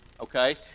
okay